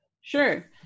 Sure